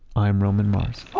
i'm roman mars